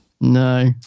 no